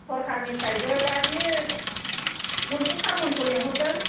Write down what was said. सरकारनिफ्रायबो दा बि मन्तु सारमोनखौ लिंहरदों